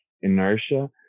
inertia